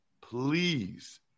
please